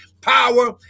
power